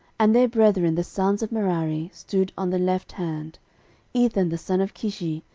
and their brethren the sons of merari stood on the left hand ethan the son of kishi,